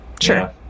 Sure